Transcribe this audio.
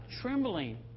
trembling